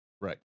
Right